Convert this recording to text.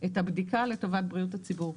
את הבדיקה לטובת בריאות הציבור.